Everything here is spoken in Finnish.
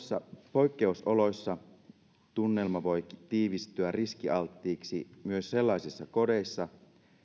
poikkeusoloissa tunnelma voi tiivistyä riskialttiiksi myös sellaisissa kodeissa